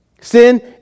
Sin